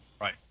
Right